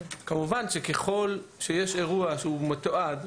ככל שיש אירוע מתועד,